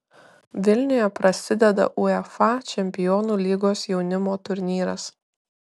vilniuje prasideda uefa čempionų lygos jaunimo turnyras